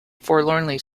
forlornly